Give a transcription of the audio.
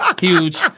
huge